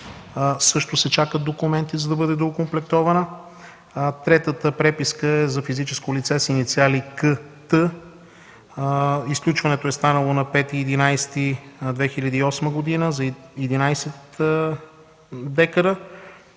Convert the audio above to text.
Също се чакат документи, за да бъде доокомплектована. Третата преписка е за физическо лице с инициали К.Т. Изключването е станало на 5 ноември 2008 г. за 11 декара.